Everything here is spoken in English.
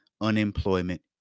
Unemployment